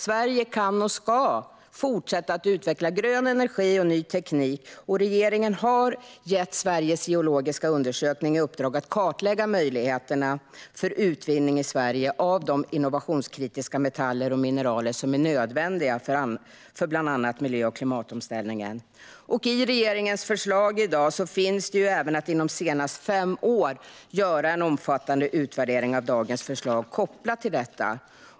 Sverige kan och ska fortsätta att utveckla grön energi och ny teknik, och regeringen har gett Sveriges geologiska undersökning i uppdrag att kartlägga möjligheterna för utvinning i Sverige av de innovationskritiska metaller och mineraler som är nödvändiga för bland annat miljö och klimatomställningen. I regeringens förslag i dag finns även att inom senast fem år göra en omfattande utvärdering av dagens förslag kopplat till detta.